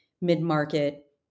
mid-market